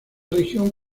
región